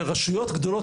רשויות גדולות,